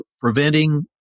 preventing